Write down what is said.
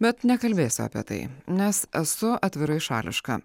bet nekalbėsiu apie tai nes esu atvirai šališka